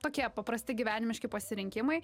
tokie paprasti gyvenimiški pasirinkimai